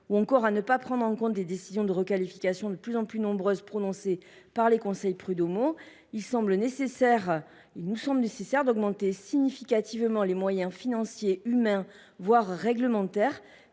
de ne pas prendre en compte les décisions de requalifications de plus en plus nombreuses prononcées par les conseils prud’homaux. Il nous semble donc nécessaire d’augmenter significativement les moyens financiers, humains et réglementaires